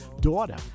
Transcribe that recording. daughter